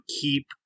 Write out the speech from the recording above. keep